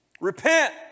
Repent